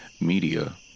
Media